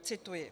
Cituji: